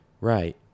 Right